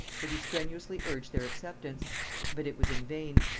that he strenuously urged their acceptance but it was in vain.